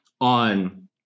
on